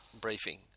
briefing